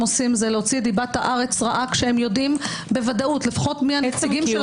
עושים זה להוציא דיבת הארץ רעה כשהם יודעים בוודאות- ----- שקט.